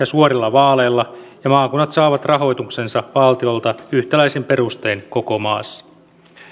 suorilla vaaleilla ja maakunnat saavat rahoituksensa valtiolta yhtäläisin perustein koko maassa